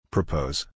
Propose